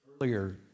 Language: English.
Earlier